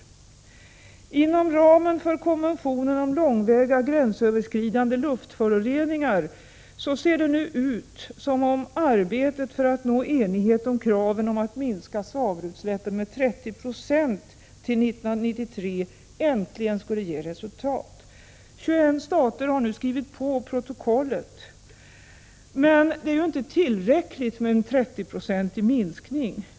Arbetet inom ramen för konventionen om långväga gränsöverskridande luftföroreningar för att nå enighet om kraven att minska svavelutsläppen med 30 9; till 1993 ser äntligen ut att ge resultat. 21 stater har skrivit på protokollet. Men det är inte tillräckligt med en 30-procentig minskning.